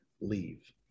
leave